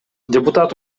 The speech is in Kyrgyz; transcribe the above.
депутат